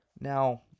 Now